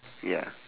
ya